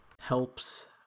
helps